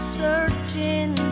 searching